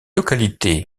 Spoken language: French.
localité